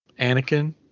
anakin